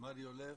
מריו לב,